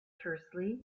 tersely